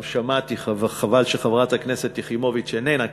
גם שמעתי, חבל שחברת הכנסת יחימוביץ איננה כאן,